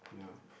yeah